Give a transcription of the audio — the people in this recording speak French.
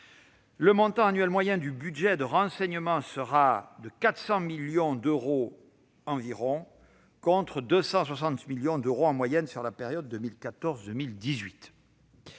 le montant annuel moyen du budget consacré au renseignement sera d'environ 400 millions d'euros, contre 260 millions d'euros en moyenne sur la période 2014-2018.